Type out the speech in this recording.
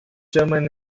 german